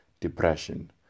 depression